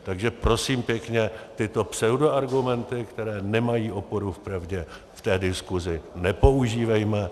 Takže prosím pěkně, tyto pseudoargumenty, které nemají oporu v pravdě, v té diskuzi nepoužívejme.